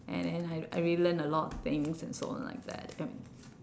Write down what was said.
and and I I really learn a lot of things and so on like that